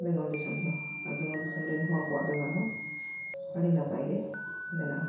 ᱵᱮᱝᱜᱚᱞ ᱫᱤᱥᱚᱢ ᱫᱚ ᱟᱨ ᱵᱮᱝᱜᱚᱞ ᱫᱤᱥᱚᱢ ᱨᱮᱱ ᱦᱚᱲ ᱠᱚᱣᱟᱜ ᱵᱮᱵᱚᱦᱟᱨ ᱦᱚᱸ ᱟᱹᱰᱤ ᱱᱟᱯᱟᱭ ᱜᱮ ᱢᱮᱱᱟᱜᱼᱟ